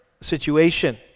situation